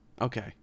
Okay